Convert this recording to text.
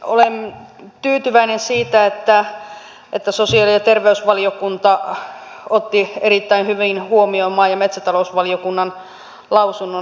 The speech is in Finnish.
olen tyytyväinen siitä että sosiaali ja terveysvaliokunta otti erittäin hyvin huomioon maa ja metsätalousvaliokunnan lausunnon